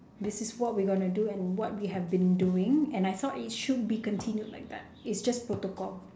this is what we gonna do and what we have been doing and I though it should be continued like that it's just protocol